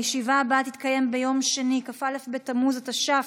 הישיבה הבאה תתקיים ביום שני, כ"א בתמוז התש"ף,